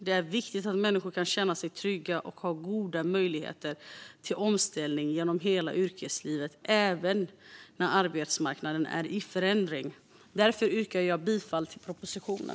Det är viktigt att människor kan känna sig trygga och ha goda möjligheter till omställning genom hela yrkeslivet, även när arbetsmarknaden är i förändring. Därför yrkar jag bifall till propositionen.